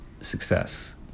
success